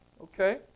Okay